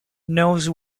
knows